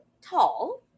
tall